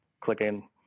clicking